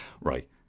Right